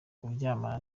kuryamana